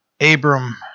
Abram